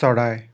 চৰাই